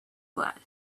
glad